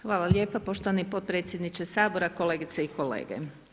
Hvala lijepa poštovani podpredsjedniče Sabora, kolegice i kolege.